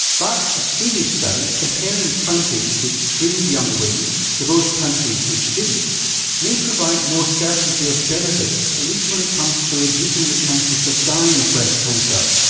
but a swedish study comparing counties which screened younger women to those counties which didn't may provide more certainty of benefit, at least when it comes to reducing the chances of dying of breast cancer.